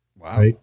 Wow